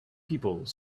people